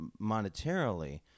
monetarily